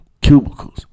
cubicles